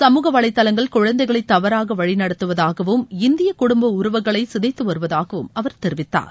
சமூக வளைதளங்கள் குழந்தைகளை தவறாக வழிநடத்துவதாகவும் இந்தியக் குடும்ப உறவுகளை சிதைத்துவருவதாகவும் அவர் தெரிவித்தார்